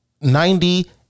ninety